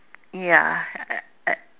ya I I